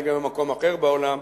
אולי גם במקום אחר בעולם,